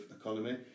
economy